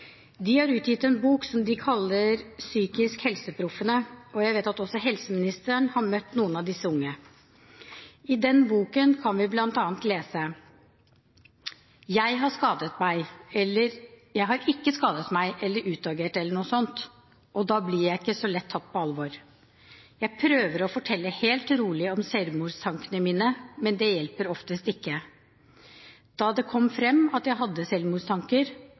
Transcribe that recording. De har utgitt en bok som de kaller PsykiskhelseProffene, og jeg vet at også helseministeren har møtt noen av disse unge. I den boken kan vi bl.a. lese: Jeg har ikke skadet meg eller utagert eller noe sånt, og da blir jeg ikke så lett tatt på alvor. Jeg prøver å fortelle helt rolig om selvmordstankene mine, men det hjelper oftest ikke. Da det kom frem at jeg hadde